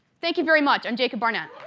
thank you very much. i'm jacob barnett.